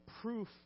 proof